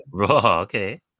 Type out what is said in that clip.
okay